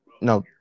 No